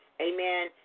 amen